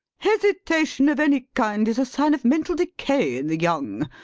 hesitation of any kind is a sign of mental decay in the young,